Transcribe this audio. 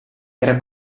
era